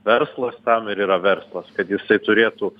verslas tam ir yra verslas kad jisai turėtų